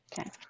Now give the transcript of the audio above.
Okay